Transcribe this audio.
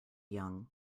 young